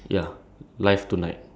on top the